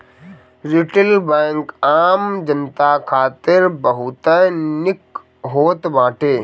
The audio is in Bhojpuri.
रिटेल बैंक आम जनता खातिर बहुते निक होत बाटे